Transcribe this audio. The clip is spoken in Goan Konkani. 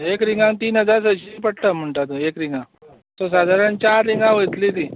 आं एक रिंगाक तीन हजार सयंशीं पडटा म्हणटा तूं एक रिंगाक सो सादारण चार रिंगा वयतलीं तीं